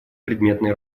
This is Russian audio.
предметной